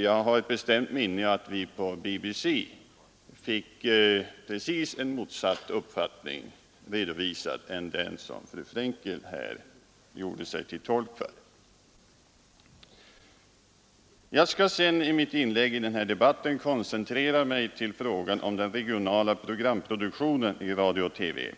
Jag har ett bestämt minne av att vi på BBC fick precis en motsatt uppfattning redovisad än den som fru Frenkel här gjorde sig till tolk för. Jag skall i mitt inlägg i den här debatten koncentrera mig till frågan om den regionala programproduktionen i radio och TV.